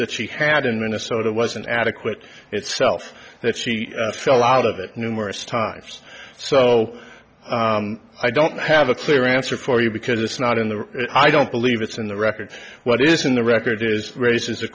that she had in minnesota wasn't adequate itself that she fell out of it numerous times so i don't have a clear answer for you because it's not in the i don't believe it's in the records what is in the record is raises a